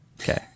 Okay